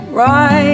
right